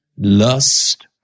lust